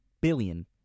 billion